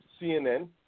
CNN